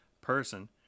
person